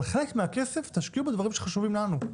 אבל חלק מהכסף תשקיעו בדברים שחשובים לנו,